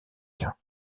quint